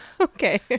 Okay